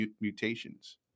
mutations